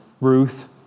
Ruth